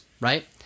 right